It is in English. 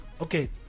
Okay